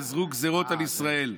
גזרו גזרות על ישראל,